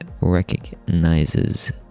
recognizes